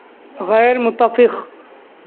غیر متفخ